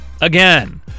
Again